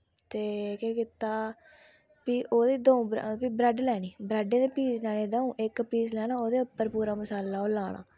ते केह् कीता फ्ही ओह्दी द'ऊं फ्ही ब्रैड लैनी ब्रैडे दे पीस लैने द'ऊं इक पीस लैना ओह्दे उप्पर पूरा मसाल्ला ओह् लाना